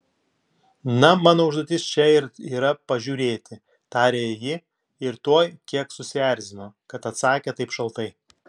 na mano užduotis čia ir yra pažiūrėti tarė ji ir tuoj kiek susierzino kad atsakė taip šaltai